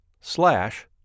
slash